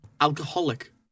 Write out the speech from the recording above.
alcoholic